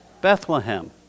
Bethlehem